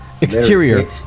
Exterior